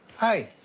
hey,